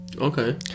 Okay